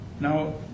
Now